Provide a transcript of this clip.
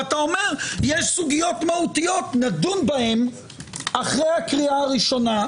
ואומר - יש סוגיות מהותיות נדון בהן אחרי הקריאה הראשונה.